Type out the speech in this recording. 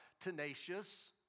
tenacious